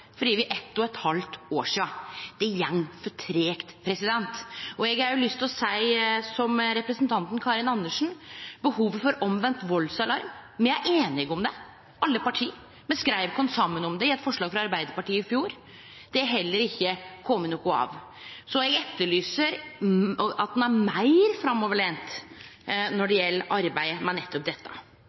eitt og eit halvt år sidan. Det går for tregt. Eg har òg lyst til å seie som representanten Karin Andersen, at når det gjeld behovet for omvend valdsalarm, er alle parti einige om det. Me skreiv oss saman om det i eit forslag frå Arbeidarpartiet i fjor. Det er det heller ikkje blitt noko av. Så eg etterlyser at ein er meir framoverlent når det gjeld arbeidet med nettopp dette.